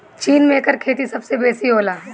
चीन में एकर खेती सबसे बेसी होला